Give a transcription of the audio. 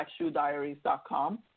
BlackShoeDiaries.com